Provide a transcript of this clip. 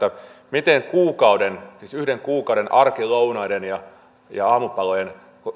jos kuukauden siis yhden kuukauden arkilounaiden ja aamupalojen